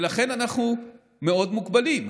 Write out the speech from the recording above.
לכן אנחנו מאוד מוגבלים.